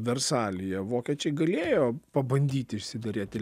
versalyje vokiečiai galėjo pabandyti išsiderėti